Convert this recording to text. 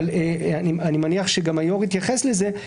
אבל אני מניח שגם היושב ראש יתייחס לזה,